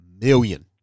million